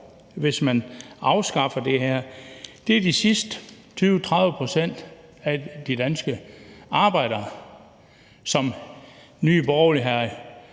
hvis man afskaffer det her, er de sidste 20-30 pct. af de danske arbejdere, som Nye Borgerlige og hr.